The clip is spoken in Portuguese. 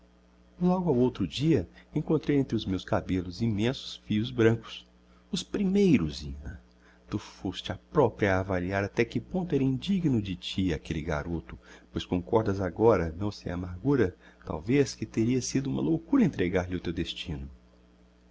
logo ao outro dia encontrei entre os meus cabellos immensos fios brancos os primeiros zina tu foste a propria a avaliar até que ponto era indigno de ti aquelle garoto pois concordas agora não sem amargura talvez que teria sido uma loucura entregar-lhe o teu destino